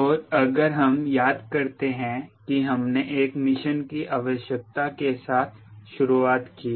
और अगर हम याद करते हैं कि हमने एक मिशन की आवश्यकता के साथ शुरुआत की